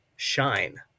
shine